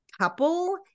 couple